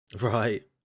Right